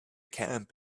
camp